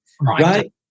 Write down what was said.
right